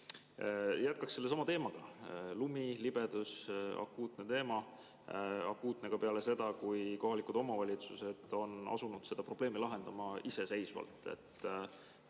Jätkaksin sellesama teemaga: lumi, libedus. See on akuutne teema, akuutne ka peale seda, kui kohalikud omavalitsused on asunud seda probleemi lahendama iseseisvalt.